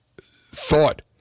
thought